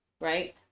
right